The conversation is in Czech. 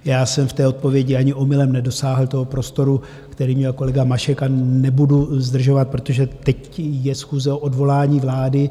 Já jsem v té odpovědi ani omylem nedosáhl toho prostoru, který měl kolega Mašek, a nebudu zdržovat, protože teď je schůze o odvolání vlády.